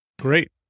Great